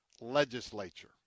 legislature